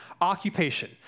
occupation